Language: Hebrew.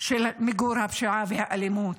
של מיגור הפשיעה והאלימות.